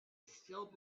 still